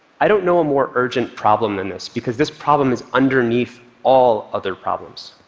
i don't know a more urgent problem than this, because this problem is underneath all other problems.